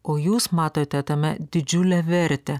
o jūs matote tame didžiulę vertę